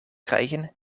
krijgen